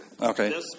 Okay